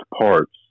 parts